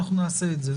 נעשה את זה.